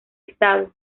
estado